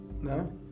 No